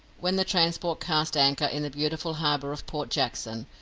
when the transport cast anchor in the beautiful harbour of port jackson,